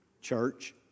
Church